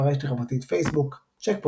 ברשת החברתית פייסבוק צ'ק פוינט,